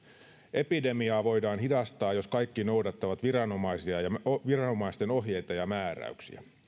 epidemiaa voidaan hidastaa jos kaikki noudattavat viranomaisten ohjeita ja määräyksiä